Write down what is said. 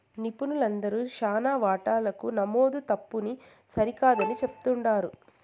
నిపుణులందరూ శానా వాటాలకు నమోదు తప్పుని సరికాదని చెప్తుండారు